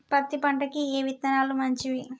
పత్తి పంటకి ఏ విత్తనాలు మంచివి?